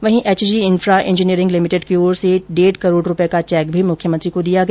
वहीं HG infra engineering limited की ओर से डेढ करोड रूपए का चेक भी मुख्यमंत्री को दिया गया